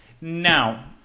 Now